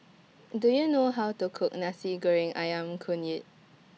Do YOU know How to Cook Nasi Goreng Ayam Kunyit